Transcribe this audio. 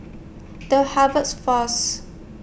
The Harvest Force